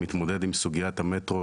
מתמודד עם סוגיית המטרו,